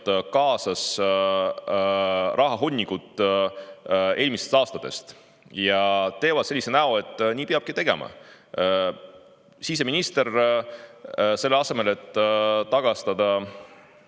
kaasas rahahunnikut eelmistest aastatest ja teevad sellise näo, et nii peabki tegema. Selle asemel, et tagastada